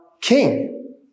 king